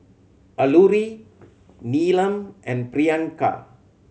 Alluri Neelam and Priyanka